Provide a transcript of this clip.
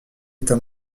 êtes